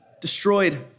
destroyed